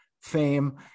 fame